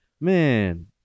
Man